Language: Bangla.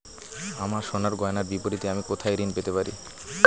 আমার সোনার গয়নার বিপরীতে আমি কোথায় ঋণ পেতে পারি?